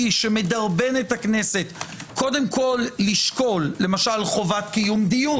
שמדרבן את הכנסת קודם כל לשקול למשל חובת קיום דיון,